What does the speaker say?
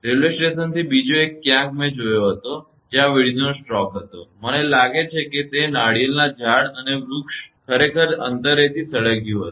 railway સ્ટેશનથી બીજો એક ક્યાંક મેં જોયો ત્યાં વીજળીનો સ્ટ્રોક હતો મને લાગે છે કે નાળિયેરનાં ઝાડ અને વૃક્ષ ખરેખર અંતરેથી સળગ્યું હશે